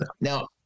Now